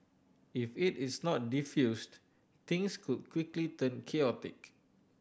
if it is not defused things could quickly turn chaotic